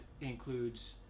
includes